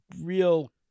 real